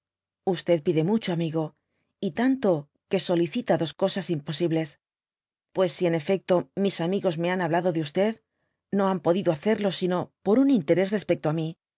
pide mucho amigo y tanto que solicita dos cosas imposibles pues si en efecto mis amigos me han hablado de no han podido hacerlo sino por un interés respecto de mi